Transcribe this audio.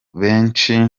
benshi